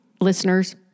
listeners